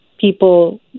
people